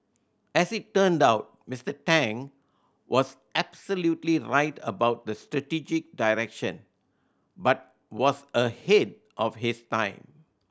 as it turned out Mister Tang was absolutely right about the strategic direction but was ahead of his time